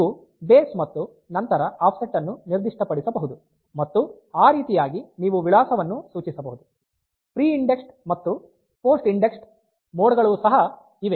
ನೀವು ಬೇಸ್ ಮತ್ತು ನಂತರ ಆಫ್ಸೆಟ್ ಅನ್ನು ನಿರ್ದಿಷ್ಟಪಡಿಸಬಹುದು ಮತ್ತು ಆ ರೀತಿಯಾಗಿ ನೀವು ವಿಳಾಸವನ್ನು ಸೂಚಿಸಬಹುದು ಪ್ರಿ ಇಂಡಿಸ್ಗ್ದ್ ಮತ್ತು ಪೋಸ್ಟ್ ಇಂಡಿಸ್ಗ್ದ್ ಮೋಡ್ಗಳು ಸಹ ಇವೆ